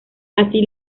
así